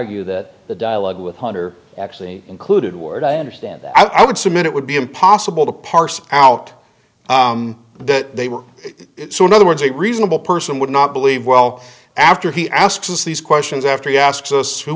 argue that the dialogue with hunter actually included ward i understand that i would submit it would be impossible to parse out that they were so in other words a reasonable person would not believe well after he asks these questions after he asks us who